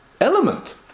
element